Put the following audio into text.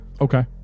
Okay